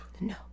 No